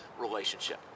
relationship